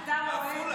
אתה רואה?